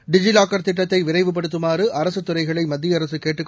டிஜி locker திட்டத்தை விரைவுபடுத்துமாறு அரசுத் துறைகளை மத்திய அரசு கேட்டுக்